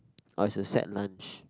oh it's a set lunch